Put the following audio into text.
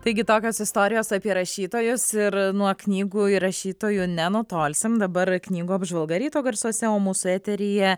taigi tokios istorijos apie rašytojus ir nuo knygų ir rašytojų nenutolsim dabar knygų apžvalga ryto garsuose o mūsų eteryje